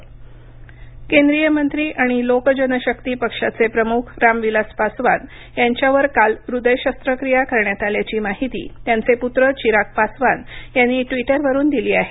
पासवान प्रकृती केंद्रीय मंत्री आणि लोक जनशक्ती पक्षाचे प्रमुख रामविलास पासवान यांच्यवर काल हृदय शस्त्रक्रिया करण्यात आल्याची माहिती त्यांचे पुत्र चिराग पासवान यांनी ट्विटरवरून दिली आहे